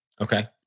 Okay